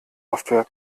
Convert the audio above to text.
software